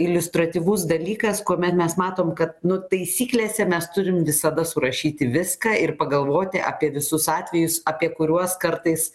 iliustratyvus dalykas kuomet mes matom kad nu taisyklėse mes turim visada surašyti viską ir pagalvoti apie visus atvejus apie kuriuos kartais